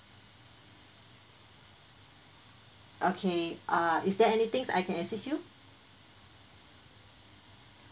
okay uh is there anything I can assist you